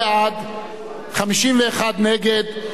51 נגד, שלושה נמנעים.